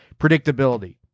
predictability